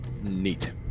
Neat